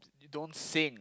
don't sing